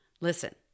Listen